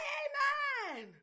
amen